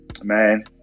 Man